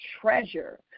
treasure